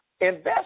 Invest